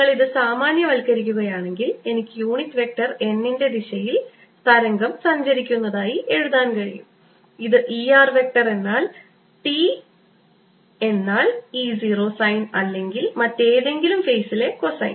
നിങ്ങൾ ഇത് സാമാന്യവൽക്കരിക്കുകയാണെങ്കിൽ എനിക്ക് യൂണിറ്റ് വെക്റ്റർ n ന്റെ ദിശയിൽ തരംഗം സഞ്ചരിക്കുന്നതായി എഴുതാൻ കഴിയും ഇത് E r വെക്റ്റർ t എന്നാൽ E 0 സൈൻ അല്ലെങ്കിൽ മറ്റേതെങ്കിലും ഫേസിലെ കൊസൈൻ